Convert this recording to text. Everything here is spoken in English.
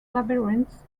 labyrinth